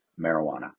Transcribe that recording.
marijuana